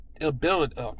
Ability